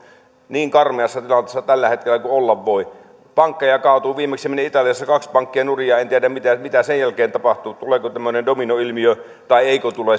niin karmeassa tilanteessa tällä hetkellä kuin olla voi pankkeja kaatuu viimeksi meni italiassa kaksi pankkia nurin en tiedä mitä mitä sen jälkeen tapahtuu tuleeko tämmöinen dominoilmiö vai eikö tule